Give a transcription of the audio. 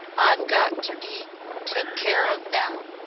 i've got ter be took care of now!